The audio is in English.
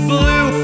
Blue